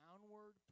downward